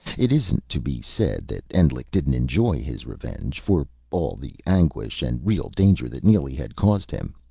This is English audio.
it isn't to be said that endlich didn't enjoy his revenge for all the anguish and real danger that neely had caused him.